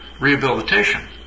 rehabilitation